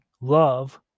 love